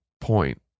point